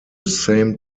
same